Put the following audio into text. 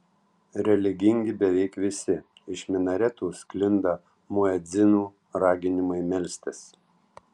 religingi beveik visi iš minaretų sklinda muedzinų raginimai melstis